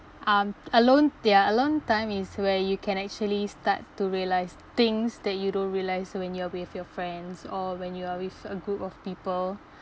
um alone ya alone time is where you can actually start to realise things that you don't realise when you're with your friends or when you are with a group of people